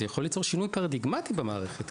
זה יכול ליצור שינוי פרדיגמטי במערכת,